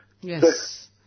Yes